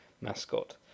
mascot